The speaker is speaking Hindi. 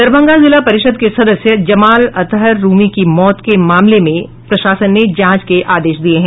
दरभंगा जिला परिषद के सदस्य जमाल अतहर रूमी की मौत के मामले में प्रशासन ने जांच के आदेश दिये हैं